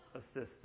assistant